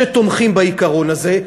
שתומכים בעיקרון הזה.